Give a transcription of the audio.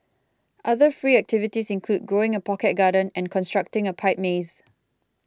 other free activities include growing a pocket garden and constructing a pipe maze